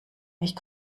ich